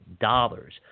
dollars